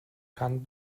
kann